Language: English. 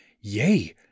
Yea